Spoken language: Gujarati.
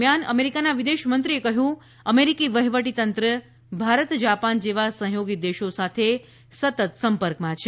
દરમિયાન અમેરિકાના વિદેશમંત્રીએ કહ્યું કે અમેરિકી વહીવટીતંત્ર ભારત જાપાન જેવા સહયોગી દેશો સાથે સતત સંપર્કમાં છે